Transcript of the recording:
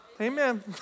Amen